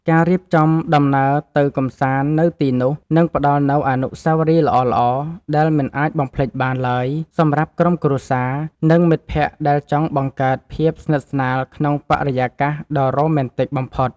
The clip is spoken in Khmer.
ការរៀបចំដំណើរទៅកម្សាន្តនៅទីនោះនឹងផ្តល់នូវអនុស្សាវរីយ៍ល្អៗដែលមិនអាចបំភ្លេចបានឡើយសម្រាប់ក្រុមគ្រួសារ និង មិត្តភក្តិដែលចង់បង្កើតភាពស្និទ្ធស្នាលក្នុងបរិយាកាសដ៏រ៉ូមែនទិកបំផុត។